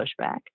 pushback